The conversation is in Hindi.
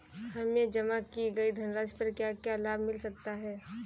हमें जमा की गई धनराशि पर क्या क्या लाभ मिल सकता है?